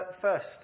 first